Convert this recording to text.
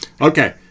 Okay